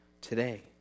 today